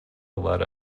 led